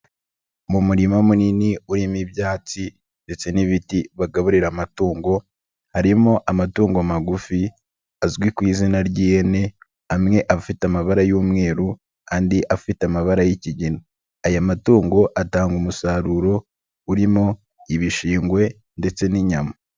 Mu murima munini urimo ibyatsi ndetse n'ibiti bagaburira amatungo, harimo amatungo magufi azwi ku izina ry'ihene amwe afite amabara y'umweru andi afite amabara y'ikigi aya matungo atanga umusaruro urimo ibishingwe ndetse n'inyama.